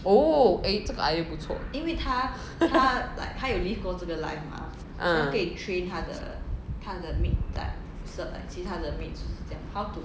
oh eh 这个 idea 不错 ah